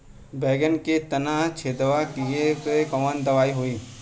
बैगन के तना छेदक कियेपे कवन दवाई होई?